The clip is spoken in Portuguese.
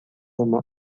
uma